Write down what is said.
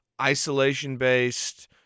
isolation-based